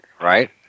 right